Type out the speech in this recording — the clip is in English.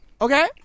Okay